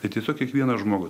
tai tiesiog kiekvienas žmogus